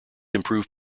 improved